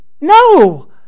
No